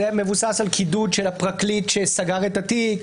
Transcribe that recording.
זה מבוסס על קידוד של הפרקליט שסגר את התיק.